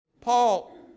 Paul